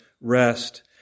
rest